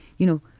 you know,